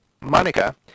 Monica